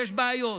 יש בעיות,